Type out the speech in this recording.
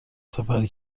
سپری